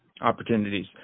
opportunities